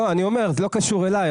זה לא קשור אליי,